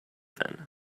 then